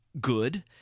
good